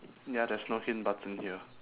ya there's no hint button here